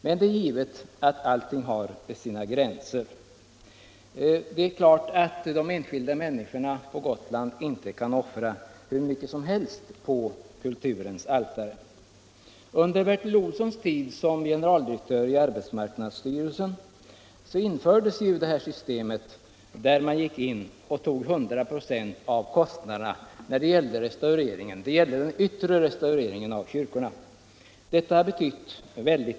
Men det är givet att allting har sina gränser; de enskilda människorna på Gotland kan inte offra hur mycket som helst på kulturens altare. för den yttre restaureringen av vissa kyrkor.